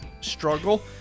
struggle